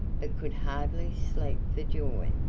but could hardly sleep for joy.